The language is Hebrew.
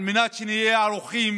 על מנת שנהיה ערוכים